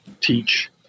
teach